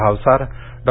Bhavsar Dr